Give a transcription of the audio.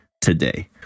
today